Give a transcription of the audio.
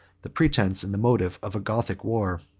the pretence, and the motive, of a gothic war.